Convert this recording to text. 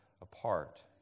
apart